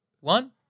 one